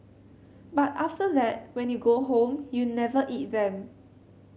but after that when you go home you never eat them